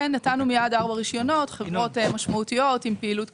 שקראנו לו חיבור ענף ההייטק לשוק ההון המקומי.